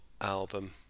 album